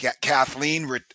Kathleen